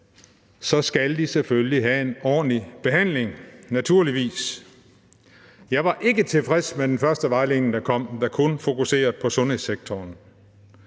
– skal de selvfølgelig have en ordentlig behandling, naturligvis. Jeg var ikke tilfreds med den første vejledning, der kom, der kun fokuserede på sundhedssektoren.